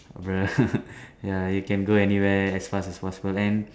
ya you can go anywhere as fast as possible then